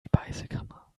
speisekammer